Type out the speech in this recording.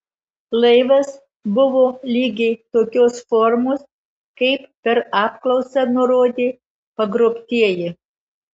laivas buvo lygiai tokios formos kaip per apklausą nurodė pagrobtieji